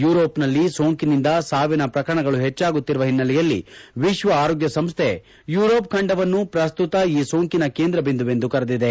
ಯೂರೋಪ್ನಲ್ಲಿ ಸೋಂಕಿನಿಂದ ಸಾವಿನ ಪ್ರಕರಣಗಳು ಹೆಚ್ಚಾಗುತ್ತಿರುವ ಹಿನ್ನೆಲೆಯಲ್ಲಿ ವಿಶ್ವ ಆರೋಗ್ಯ ಸಂಸ್ಥೆ ಯೂರೋಪ್ ಖಂಡವನ್ನು ಪ್ರಸ್ತುತ ಈ ಸೋಂಕಿನ ಕೇಂದ್ರ ಬಿಂದುವೆಂದು ಕರೆದಿದೆ